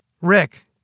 Rick